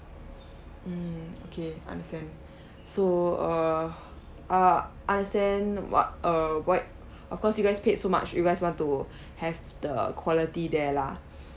mm okay understand so uh uh understand what uh why of course you guys paid so much you guys want to have the quality there lah